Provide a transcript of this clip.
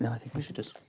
and i think we should just.